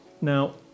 Now